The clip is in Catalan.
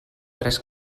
tres